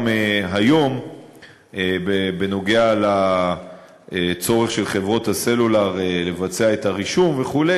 היום בנוגע לצורך של חברות הסלולר לבצע את הרישום וכו',